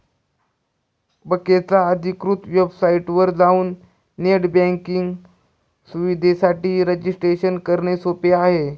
बकेच्या अधिकृत वेबसाइटवर जाऊन नेट बँकिंग सुविधेसाठी रजिस्ट्रेशन करणे सोपे आहे